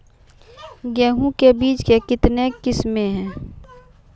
गेहूँ के बीज के कितने किसमें है?